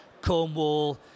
Cornwall